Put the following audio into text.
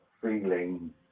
feeling